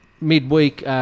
Midweek